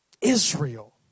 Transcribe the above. Israel